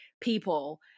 people